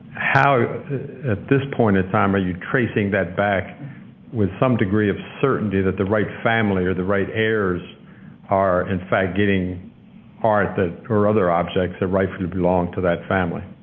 how at this point in time are you tracing that back with some degree of certainty that the right family or the right heirs are, in fact, getting art that or other objects that rightfully belong to that family?